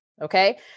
Okay